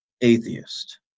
atheist